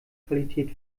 qualität